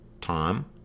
Tom